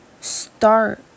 start